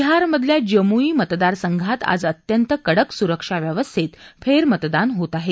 बिहार मधल्या जमुई मतदारसंघात आज अत्यंत कडक सुरक्षा व्यवस्थेत फेरमतदान होत आहे